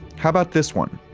how about this one?